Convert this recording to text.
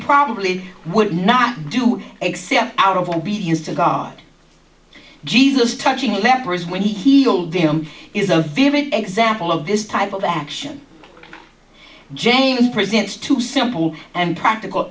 probably would not do except out of obedience to god jesus touching the lepers when he healed them is a very example of this type of action james presents to simple and practical